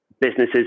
businesses